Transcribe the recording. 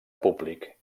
públic